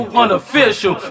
unofficial